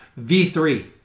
V3